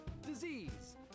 disease